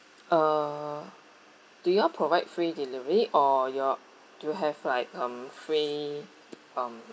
uh do you all provide free delivery or you all do you have like um free um